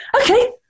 Okay